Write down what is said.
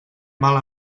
mal